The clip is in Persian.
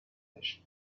گذشته